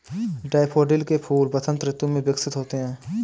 daffodil के फूल वसंत ऋतु में विकसित होते हैं